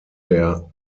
der